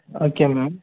okay ma'am